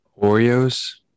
Oreos